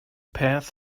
path